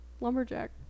Lumberjack